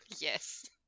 Yes